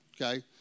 okay